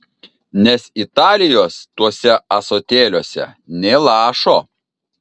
nes italijos tuose ąsotėliuose nė lašo